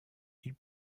ils